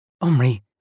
Omri